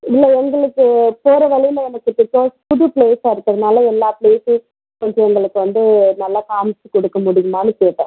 இல்லை எங்களுக்கு போகிற வழியில் எனக்கு கொஞ்சம் புது பிளேஸாக இருக்கிறதுனால எல்லா பிளேஸையும் கொஞ்சம் எங்களுக்கு வந்து நல்லா காம்மிச்சிக் கொடுக்க முடியுமான்னு கேட்டேன்